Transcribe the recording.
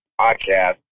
podcast